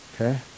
Okay